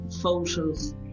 photos